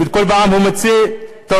וכל פעם הוא מוצא תורן